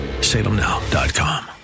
salemnow.com